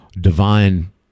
divine